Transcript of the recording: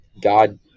God